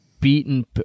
beaten